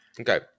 Okay